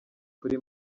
kuri